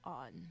on